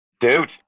Dude